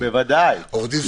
סגלוביץ'